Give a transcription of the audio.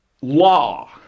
law